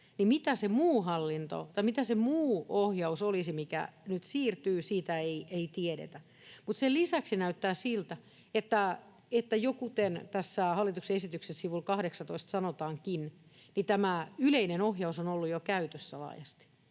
mitä se muu ohjaus olisi, mikä nyt siirtyy, ei tiedetä. Sen lisäksi näyttää siltä, kuten tässä hallituksen esityksessä sivulla 18 sanotaankin, että tämä yleinen ohjaus on ollut jo laajasti